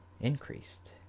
increased